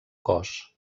cos